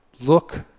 look